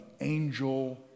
angel